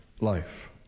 life